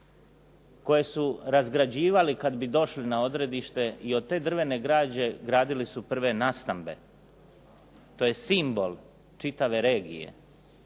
koje su razgrađivali kada bi došli na odredište i od te drvene građe gradili su prve nastambe. To je simbol čitave regije.